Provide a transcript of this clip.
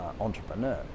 entrepreneur